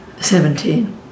Seventeen